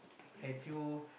have you